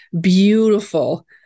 beautiful